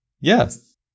Yes